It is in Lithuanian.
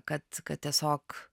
kad kad tiesiog